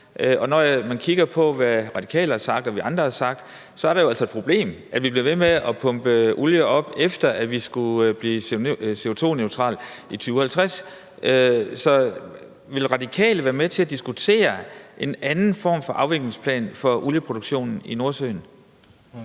Og når man kigger på, hvad Radikale har sagt, og hvad vi andre har sagt, er det jo altså et problem, at vi bliver ved med at pumpe olie op, efter at vi skulle blive CO2-neutrale i 2050. Så vil Radikale være med til at diskutere en anden form for afviklingsplan for olieproduktionen i Nordsøen?